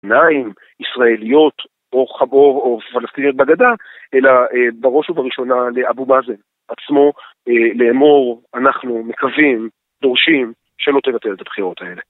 עיניים ישראליות או חגור או פלסטיניות בגדה אלא בראש ובראשונה לאבו מאזן עצמו לאמור אנחנו מקווים, דורשים שלא תבטל את הבחירות האלה